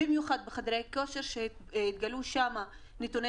במיוחד כשברוב חדרי כושר התגלו נתוני